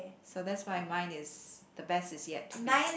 so that's why mine is the best is yet to be